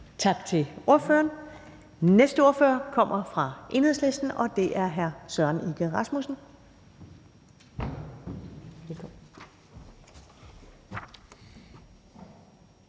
Tak til ordføreren. Næste ordfører kommer fra Enhedslisten, og det er hr. Søren Egge Rasmussen.